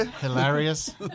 Hilarious